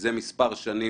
מזה מספר שנים,